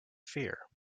fear